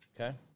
Okay